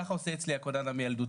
ככה עושה אצלי גם הכונן המיילדותי.